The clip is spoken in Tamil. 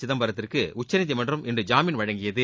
சிதம்பரத்துக்கு உச்சநீதிமன்றம் இன்று ஜாமீன் வழங்கியது